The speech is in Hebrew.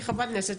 כחברת כנסת,